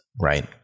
Right